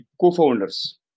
co-founders